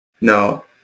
No